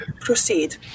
proceed